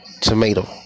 tomato